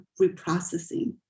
reprocessing